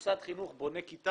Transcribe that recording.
כשמוסד חינוך בונה כיתה,